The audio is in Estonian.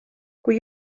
kui